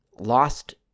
lost